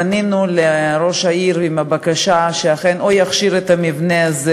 פנינו לראש העיר בבקשה שיכשיר את המבנה הזה